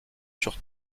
sur